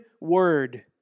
word